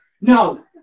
No